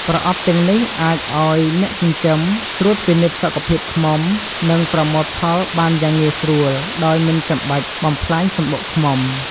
ប្រអប់ទាំងនេះអាចឲ្យអ្នកចិញ្ចឹមត្រួតពិនិត្យសុខភាពឃ្មុំ និងប្រមូលផលបានយ៉ាងងាយស្រួលដោយមិនចាំបាច់បំផ្លាញសំបុកឃ្មុំ។